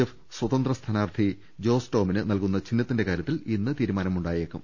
F സ്വതന്ത്ര സ്ഥാനാർത്ഥി ജോസ് ടോമിന് നൽകുന്ന ചിഹ്നത്തിന്റെ കാര്യത്തിൽ ഇന്ന് തീരുമാനമുണ്ടായേക്കും